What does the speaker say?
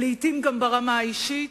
ולעתים גם ברמה האישית,